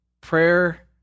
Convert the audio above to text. Prayer